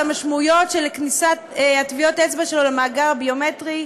המשמעויות של כניסת טביעות האצבע שלו למאגר הביומטרי.